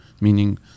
meaning